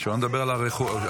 שלא נדבר על הרכוש.